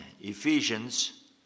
Ephesians